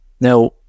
Now